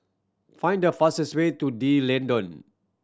find the fastest way to D'Leedon